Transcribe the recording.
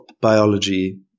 biology